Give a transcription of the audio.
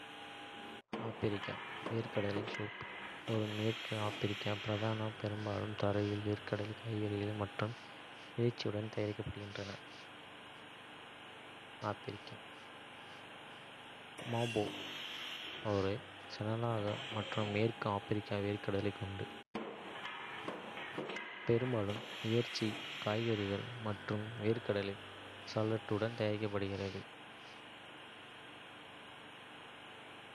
ஆப்பிரிக்கா. வேர்க்கடலை சூப் ஒரு மேற்கு ஆபிரிக்க பிரதான, பெரும்பாலும் தரையில் வேர்க்கடலை, காய்கறிகள் மற்றும் இறைச்சியுடன் தயாரிக்கப்படுகிறது. மாஃபே ஒரு செனகல் மற்றும் மேற்கு ஆபிரிக்க வேர்க்கடலை குண்டு, பெரும்பாலும் இறைச்சி, காய்கறிகள் மற்றும் வேர்க்கடலை சாஸுடன் தயாரிக்கப்படுகிறது.